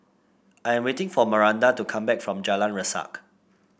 I am waiting for Maranda to come back from Jalan Resak